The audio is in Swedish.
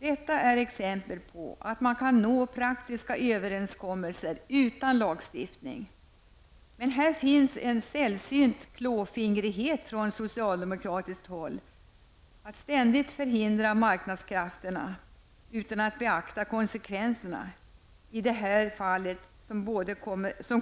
Detta är exempel på att man kan nå praktiska överenskommelser utan lagstiftning. Men här finns en sällsynt klåfingrighet från socialdemokratiskt håll -- att ständigt förhindra marknadskrafterna utan att beakta konsekvenserna -- som i detta fall